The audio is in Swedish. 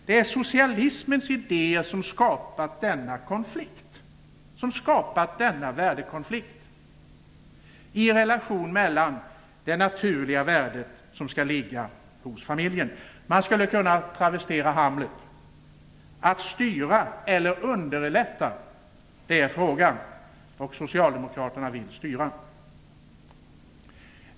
Det är socialismens idéer som skapat denna värdekonflikt i relation med det naturliga värdet som skall ligga hos familjen. Jag skulle kunna travestera Hamlet: Att styra eller underlätta, det är frågan. Socialdemokraterna vill styra.